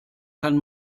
kann